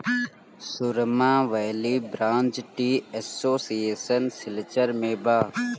सुरमा valley branch tea association Silchar में बा